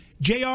JR